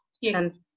Yes